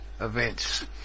events